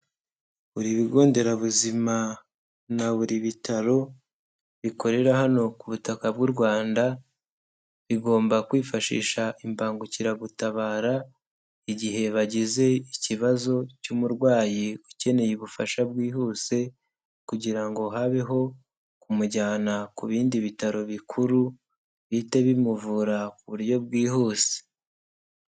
Buri bigonderabuzima na buri bitaro bikorera hano ku butaka bw'u Rwanda, igomba kwifashisha imbangukiragutabara, igihe bagize ikibazo cy'umurwayi ukeneye ubufasha bwihuse kugira ngo habeho kumujyana ku bindi bitaro bikuru bihite bimuvura ku buryo bwihuse.